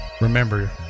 remember